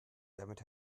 damit